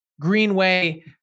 Greenway